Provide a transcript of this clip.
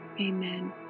Amen